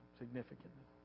significantly